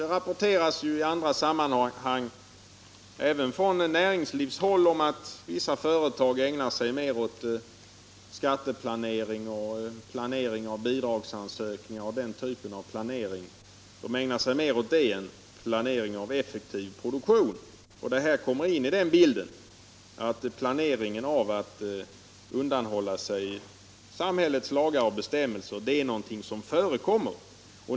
Det rapporteras i andra sammanhang även från näringslivshåll om att vissa företag ägnar sig mera åt planering av skatter och bidragsansökningar och liknande än planering av effektiv produktion. Det här kommer in i bilden — planering av att undandra sig samhällets lagar och bestämmelser är någonting som förekommer.